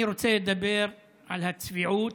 אני רוצה לדבר על הצביעות